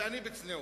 ואני, בצניעות.